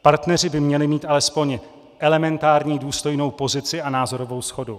Partneři by měli mít alespoň elementární důstojnou pozici a názorovou shodu.